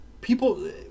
people